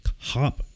hop